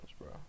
bro